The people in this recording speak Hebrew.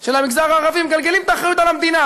של המגזר הערבי מגלגלים את האחריות על המדינה.